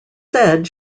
said